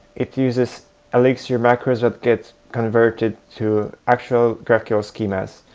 it uses elixir macros that get converted to actual graphql schemas.